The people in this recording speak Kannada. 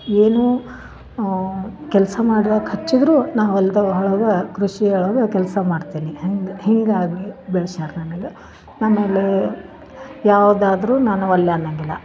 ಏನು ಕೆಲಸ ಮಾಡಕ್ಕೆ ಹಚ್ಚಿದ್ದರು ನಾ ಹೊಲ್ದು ಒಳಗೆ ಕೃಷಿ ಒಳಗೆ ಕೆಲಸ ಮಾಡ್ತೀನಿ ಹೆಂಗೆ ಹೀಗಾಗಿ ಬೆಳ್ಸ್ಯಾರ ನನಗೆ ಆಮೇಲೆ ಯಾವ್ದಾದರು ನಾನು ಒಲ್ಲೆ ಅನ್ನಂಗಿಲ್ಲ